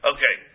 Okay